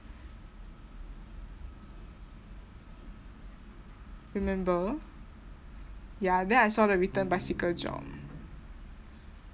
remember ya then I saw the return bicycle job